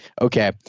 okay